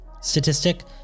statistic